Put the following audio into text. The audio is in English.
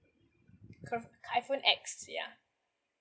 cur~ iphone X yeah